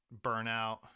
burnout